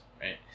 right